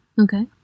Okay